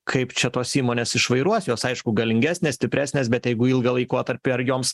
kaip čia tos įmonės išvairuos jos aišku galingesnės stipresnės bet jeigu ilgą laikotarpį ar joms